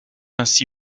ainsi